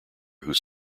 whose